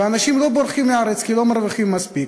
ואנשים לא בורחים מהארץ כי לא מרוויחים מספיק,